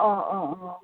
अँ अँ अँ अँ